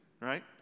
right